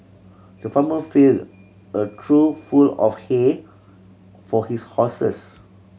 the farmer fill a trough full of hay for his horses